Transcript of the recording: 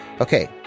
Okay